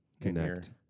Connect